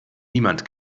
niemand